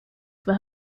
for